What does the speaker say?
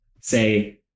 Say